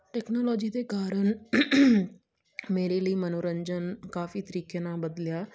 technology ਦੇ ਕਾਰਨ ਮੇਰੇ ਲਈ ਮਨੋਰੰਜਨ ਕਾਫੀ ਤਰੀਕੇ ਨਾਲ ਬਦਲਿਆ